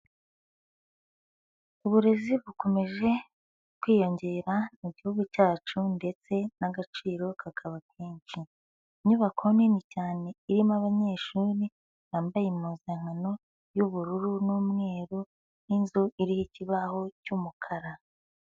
Uburezi bukomeje kwiyongera mu gihugu cyacu, ndetse n'agaciro kakaba kenshi, inyubako nini cyane irimo abanyeshuri bambaye impuzankano y'ubururu n'umweru, n'inzu iriho ikibaho cy'umukara.